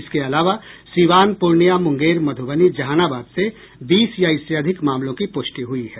इसके अलावा सीवान पूर्णिया मुंगेर मधुबनी जहानाबाद से बीस या इससे अधिक मामलों की पुष्टि हुई है